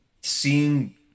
seeing